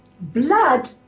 blood